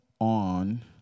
on